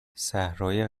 صحرای